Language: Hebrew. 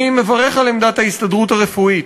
אני מברך על עמדת ההסתדרות הרפואית,